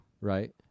right